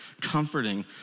comforting